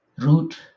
root